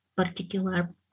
particular